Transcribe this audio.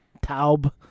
Taub